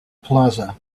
plaza